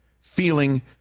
feeling